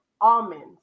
Almonds